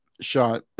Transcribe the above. shot